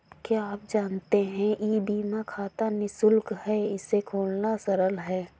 क्या आप जानते है ई बीमा खाता निशुल्क है, इसे खोलना सरल है?